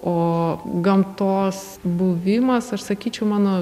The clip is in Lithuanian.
o gamtos buvimas aš sakyčiau mano